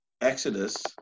Exodus